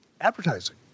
advertising